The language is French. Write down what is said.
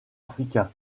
africain